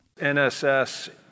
NSS